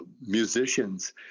musicians